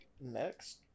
Next